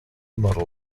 model